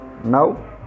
now